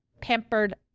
pampered